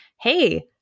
hey